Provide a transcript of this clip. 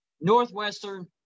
Northwestern